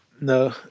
No